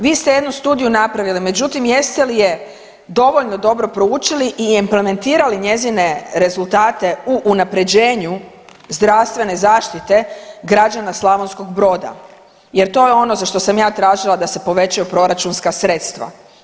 Vi ste jednu studiju napravili, međutim jeste li je dovoljno dobro proučili i implementirali njezine rezultate u unapređenju zdravstvene zaštite građana Slavonskog Broda jer to je ono za što sam ja tražila da se povećaju proračunska sredstva.